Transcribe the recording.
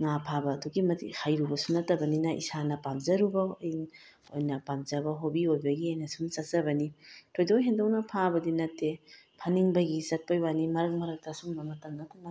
ꯉꯥ ꯐꯥꯕ ꯑꯗꯨꯛꯀꯤ ꯃꯇꯤꯛ ꯍꯩꯔꯨꯕꯁꯨ ꯅꯠꯇꯕꯅꯤꯅ ꯏꯁꯥꯅ ꯄꯥꯝꯖꯔꯨꯕ ꯑꯩꯅ ꯄꯥꯝꯖꯕ ꯍꯣꯕꯤ ꯑꯣꯏꯕꯒꯤ ꯑꯩꯅ ꯁꯨꯝ ꯆꯠꯆꯕꯅꯤ ꯊꯣꯏꯗꯣꯛ ꯍꯦꯟꯗꯣꯛꯅ ꯐꯥꯕꯗꯤ ꯅꯠꯇꯦ ꯐꯥꯅꯤꯡꯕꯒꯤ ꯆꯠꯄ ꯋꯥꯅꯤ ꯃꯔꯛ ꯃꯔꯛꯇ ꯁꯤꯒꯨꯝꯕ ꯃꯇꯝ ꯅꯠꯇꯅ